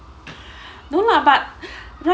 no lah but re~